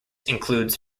includes